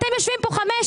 אתם יושבים פה חמש,